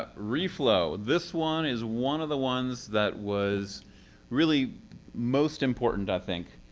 ah reflow. this one is one of the ones that was really most important, i think,